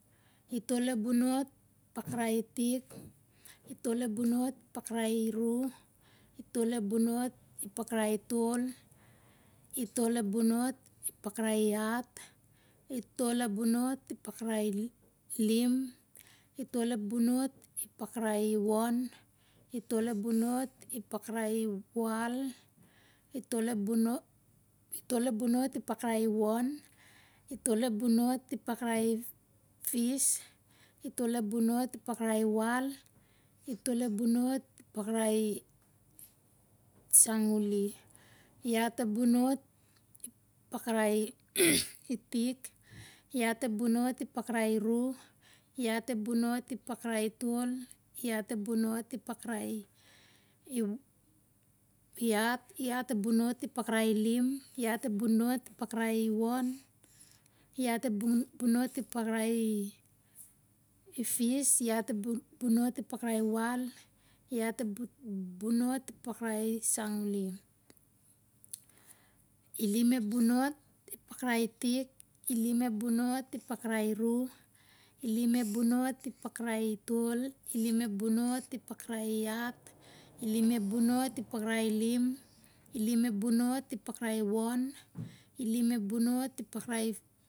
Itol ep bonot pakrai itik, itol ep bonot pakrai iru, itol ep bonot pakrai itol, itol ep bonot pakrai iat, itol ep bonot ipakrai ilim, itol ep bonot ipakrai iwon, itol ep bonot pakrai iwal, itol ep bonot itol ep bonot ipakrai iwon, itol ep bonot ipakrai i fis, itol ep bonot ipakrai iwal, itol ep bonot ipakrai i san suli, iat ep bonot ipakrai itik, iat ep bonot ipakrai iru, iat ep bonot ipakrai itol, iat ep bonot ipakrai iw iat, iat ep bonot ipakrai ilim, iat ep bonot ipakrai iwon, iat ep bonot ipakrai i fis, iat ep bonot ipakrai iwal, iat ep bonot ipakrai i sansuli, ilim ep bonot ipakrai itik, ilim ep bonot ipakrai iru, ilim ep bonot ipakrai itol, ilim ep bonot ipakrai iat, ilim ep bonot ipakrai ilim, ilim ep bonot ipakrai iwon ilim ep bonot ipakrai i